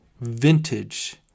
vintage